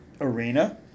arena